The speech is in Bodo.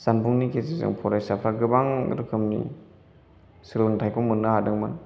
जानबुंनि गेजेरजों फरायसाफ्रा गोबां रोखोमनि सोलोंथायखौ मोननो हादोंमोन